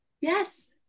Yes